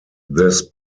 this